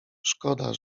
szkoda